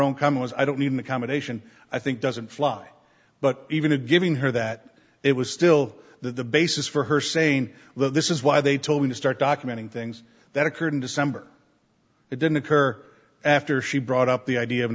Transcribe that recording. was i don't need an accommodation i think doesn't fly but even to giving her that it was still the basis for her saying that this is why they told me to start documenting things that occurred in december it didn't occur after she brought up the idea of